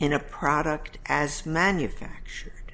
in a product as manufactured